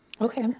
Okay